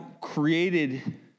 created